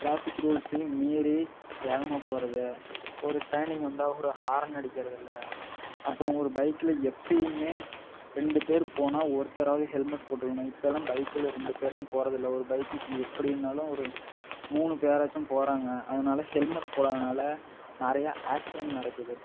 traffic ரூல்ஸையும் மீறி வேகமாக போகிறது ஒரு டேர்னிங் வந்தால் ஒரு ஹாரன் அடிக்கறதில்லை அப்புறம் ஒரு பைக்கில் எப்பயுமே ரெண்டு பேரு போனால் ஒருத்தராவது ஹெல்மெட் போட்டிருக்கணும் இப்பெல்லாம் பைக்கில் ரெண்டு பேர்லாம் போகிறதில்ல ஒரு பைக்குக்கு எப்படினாலும் ஒரு மூணு பேராாச்சும் போகிறாங்க அதனால் ஹெல்மெட் போடாதனால் நிறையா ஆக்சிரண்ட் நடக்குது